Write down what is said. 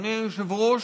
אדוני היושב-ראש,